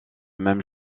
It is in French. même